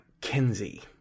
Kenzie